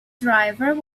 driver